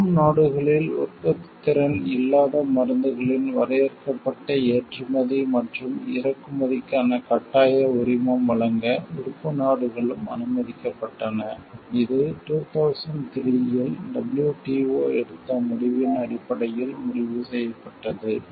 பெறும் நாடுகளில் உற்பத்தித் திறன் இல்லாத மருந்துகளின் வரையறுக்கப்பட்ட ஏற்றுமதி மற்றும் இறக்குமதிக்கான கட்டாய உரிமம் வழங்க உறுப்பு நாடுகளும் அனுமதிக்கப்பட்டன இது 2003 இல் WTO எடுத்த முடிவின் அடிப்படையில் முடிவு செய்யப்பட்டது